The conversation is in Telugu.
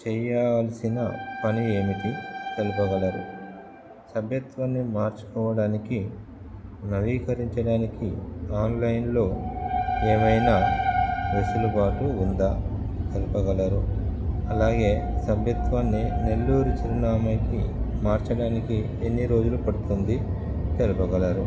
చేయాల్సిన పని ఏమిటి తెలపగలరు సభ్యత్వాన్ని మార్చుకోవడానికి నవీకరించడానికి ఆన్లైన్లో ఏమైనా వెసులుబాటు ఉందా తెలపగలరు అలాగే సభ్యత్వాన్ని నెల్లూరు చిరునామాకి మార్చడానికి ఎన్ని రోజులు పడుతుంది తెలపగలరు